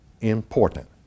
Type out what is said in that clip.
important